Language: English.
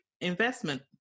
investment